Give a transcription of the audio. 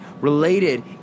related